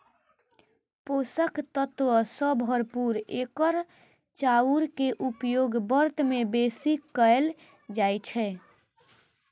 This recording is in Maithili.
पोषक तत्व सं भरपूर एकर चाउर के उपयोग व्रत मे बेसी कैल जाइ छै